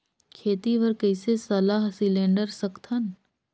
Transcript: खेती बर कइसे सलाह सिलेंडर सकथन?